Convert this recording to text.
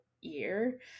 year